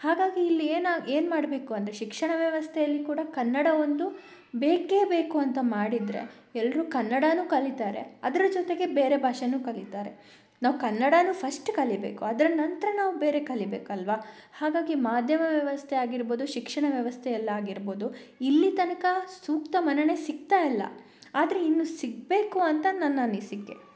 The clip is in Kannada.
ಹಾಗಾಗಿ ಇಲ್ಲಿ ಏನು ಏನು ಮಾಡಬೇಕು ಅಂದರೆ ಶಿಕ್ಷಣ ವ್ಯವಸ್ಥೆಯಲ್ಲಿ ಕೂಡ ಕನ್ನಡ ಒಂದು ಬೇಕೇ ಬೇಕು ಅಂತ ಮಾಡಿದರೆ ಎಲ್ಲರೂ ಕನ್ನಡಾನೂ ಕಲೀತಾರೆ ಅದರ ಜೊತೆಗೆ ಬೇರೆ ಭಾಷೇನೂ ಕಲೀತಾರೆ ನಾವು ಕನ್ನಡಾನೂ ಫಸ್ಟ ಕಲಿಯಬೇಕು ಅದರ ನಂತರ ನಾವು ಬೇರೆ ಕಲಿಬೇಕು ಅಲ್ವಾ ಹಾಗಾಗಿ ಮಾಧ್ಯಮ ವ್ಯವಸ್ಥೆ ಆಗಿರ್ಬೌದು ಶಿಕ್ಷಣ ವ್ಯವಸ್ಥೆಯಲ್ಲಾಗಿರ್ಬೌದು ಇಲ್ಲಿ ತನಕ ಸೂಕ್ತ ಮನ್ನಣೆ ಸಿಗ್ತಾ ಇಲ್ಲ ಆದರೆ ಇನ್ನು ಸಿಗಬೇಕು ಅಂತ ನನ್ನ ಅನಿಸಿಕೆ